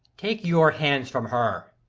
take your hands from her.